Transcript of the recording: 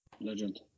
Legend